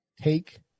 Take